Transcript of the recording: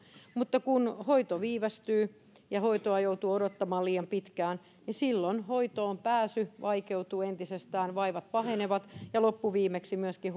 mutta kun hoito viivästyy ja hoitoa joutuu odottamaan liian pitkään silloin hoitoonpääsy vaikeutuu entisestään vaivat pahenevat ja loppuviimeksi myöskin